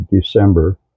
December